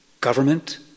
Government